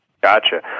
Gotcha